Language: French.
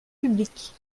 publiques